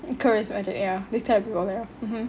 charismatic ya this kind of people mmhmm